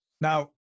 Now